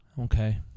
Okay